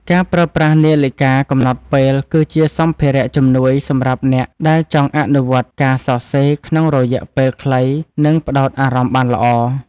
ការប្រើប្រាស់នាឡិកាកំណត់ពេល គឺជាសម្ភារៈជំនួយសម្រាប់អ្នកដែលចង់អនុវត្តការសរសេរក្នុងរយៈពេលខ្លី និងផ្ដោតអារម្មណ៍បានល្អ។